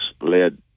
led